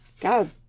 God